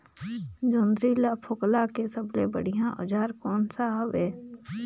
जोंदरी ला फोकला के सबले बढ़िया औजार कोन सा हवे?